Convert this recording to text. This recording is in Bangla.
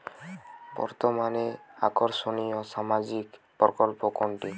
বর্তমানে আকর্ষনিয় সামাজিক প্রকল্প কোনটি?